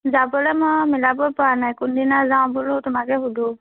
যাবলৈ মই মিলাব পৰা নাই কোনদিনা যাওঁ বোলো তোমাকে সোধো